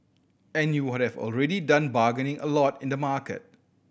and you would have already done bargaining a lot in the market